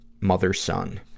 mother-son